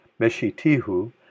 Meshitihu